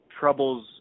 troubles